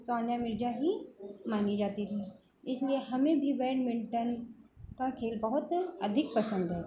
सानिया मिर्ज़ा ही मानी जाती थीं इसलिए हमें भी बैडमिन्टन का खेल बहुत अधिक पसंद है